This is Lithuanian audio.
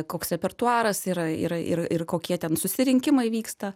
koks repertuaras yra yra ir ir kokie ten susirinkimai vyksta